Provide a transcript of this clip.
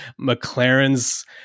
McLaren's